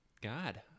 God